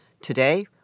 Today